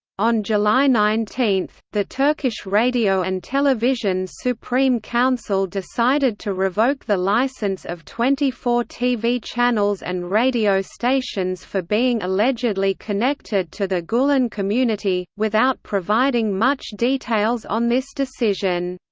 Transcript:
on july nineteen, the turkish radio and television supreme council decided to revoke the licence of twenty four tv channels and radio stations for being allegedly connected to the gulen community, without providing much details on this decision.